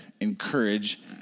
encourage